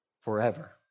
forever